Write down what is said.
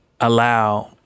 allow